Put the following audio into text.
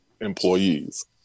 employees